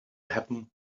happen